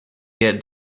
get